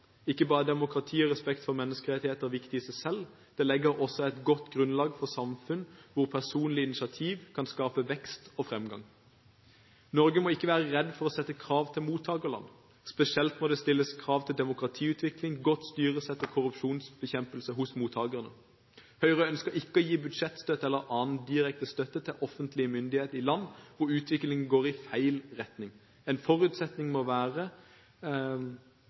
Ikke bare er demokrati og respekt for menneskerettigheter viktig i seg selv, det legger også et godt grunnlag for samfunn hvor personlig initiativ kan skape vekst og fremgang. Norge må ikke være redd for å sette krav til mottakerland. Spesielt må det stilles krav til demokratiutvikling, godt styresett og korrupsjonsbekjempelse hos mottakerne. Høyre ønsker ikke å gi budsjettstøtte eller annen direkte støtte til offentlige myndigheter i land hvor utviklingen går i feil retning. En forutsetning for å være en sentral mottaker av norsk bistand må være